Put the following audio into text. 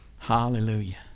Hallelujah